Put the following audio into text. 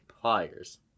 pliers